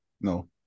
no